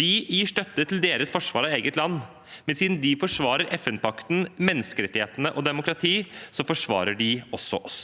Vi gir støtte til deres forsvar av eget land, men siden de forsvarer FN-pakten, menneskerettighetene og demokratiet, forsvarer de også oss.